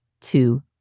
two